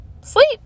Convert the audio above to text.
Sleep